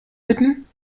bitten